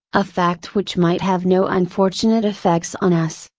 a fact which might have no unfortunate effects on us,